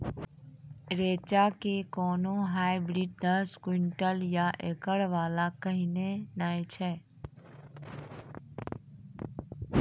रेचा के कोनो हाइब्रिड दस क्विंटल या एकरऽ वाला कहिने नैय छै?